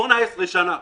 18 שנים.